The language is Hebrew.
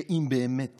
שאם באמת